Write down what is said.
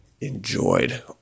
enjoyed